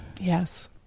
yes